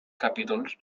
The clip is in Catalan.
capítols